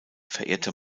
verehrte